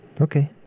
Okay